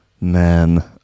Men